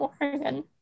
oregon